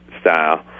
style